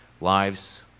lives